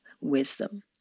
wisdom